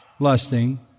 lusting